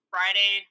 Friday